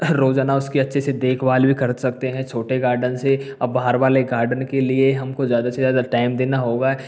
रोजाना उसकी अच्छे से देखभाल भी कर सकते हैं छोटे गार्डन से अब बाहर वाले गार्डन के लिए हमको ज़्यादा से ज़्यादा टाइम देना होगा